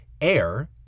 air